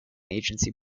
agency